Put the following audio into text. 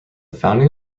founding